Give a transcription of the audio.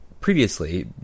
previously